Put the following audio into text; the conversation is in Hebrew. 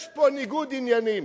יש פה ניגוד עניינים.